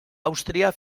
àustria